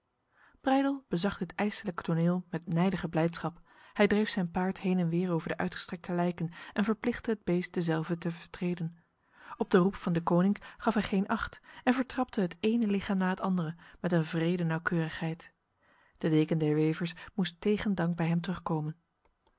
bezag dit ijselijk toneel met nijdige blijdschap hij dreef zijn paard heen en weer over de uitgestrekte lijken en verplichtte het beest dezelve te vertreden op de roep van deconinck gaf hij geen acht en vertrapte het ene lichaam na het andere met een wrede nauwkeurigheid de deken der wevers moest tegen dank bij hem terugkomen